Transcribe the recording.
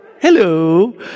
Hello